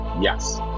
Yes